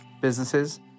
businesses